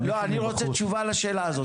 לא, אני רוצה תשובה לשאלה הזאת.